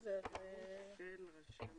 כאמור, זה לא כפוף